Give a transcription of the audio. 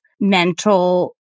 mental